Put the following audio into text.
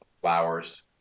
Flowers